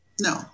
No